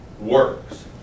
works